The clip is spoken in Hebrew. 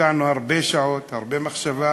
השקענו הרבה שעות, הרבה מחשבה,